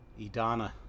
idana